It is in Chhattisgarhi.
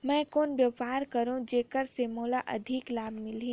मैं कौन व्यापार करो जेकर से मोला अधिक लाभ मिलही?